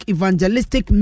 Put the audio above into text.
Evangelistic